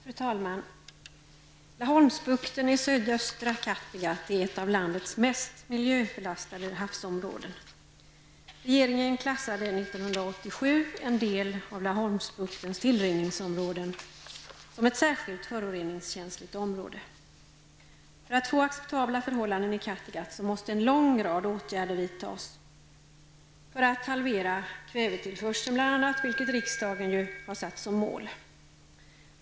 Fru talman! Laholmsbukten i sydöstra Kattegatt är ett av landets mest miljöbelastade havsområden. Laholmsbuktens tillrinningsområden som ett särskilt föroreningskänsligt område. För att få acceptabla förhållanden i Kattegatt måste en lång rad åtgärder vidtas för att bl.a. halvera kvävetillförseln, vilket riksdagen ju har satt som mål.